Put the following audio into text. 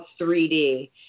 3D